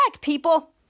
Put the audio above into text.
People